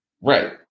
right